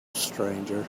stranger